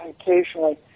occasionally